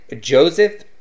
Joseph